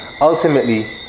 ultimately